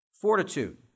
Fortitude